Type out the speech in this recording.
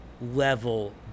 level